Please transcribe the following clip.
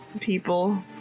people